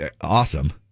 awesome